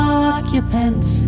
occupants